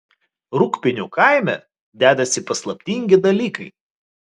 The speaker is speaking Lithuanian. rūgpienių kaime dedasi paslaptingi dalykai